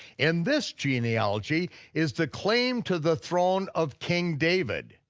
and this genealogy is the claim to the throne of king david.